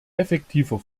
effektiver